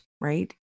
Right